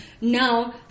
Now